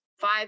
five